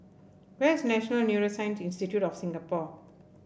where is National Neuroscience Institute of Singapore